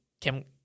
kim